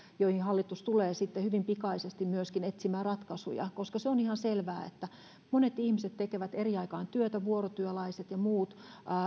joihin hallitus tulee sitten hyvin pikaisesti myöskin etsimään ratkaisuja koska se on ihan selvää että monet ihmiset tekevät eri aikaan työtä vuorotyöläiset ja muut